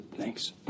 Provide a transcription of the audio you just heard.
Thanks